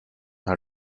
her